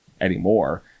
anymore